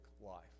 life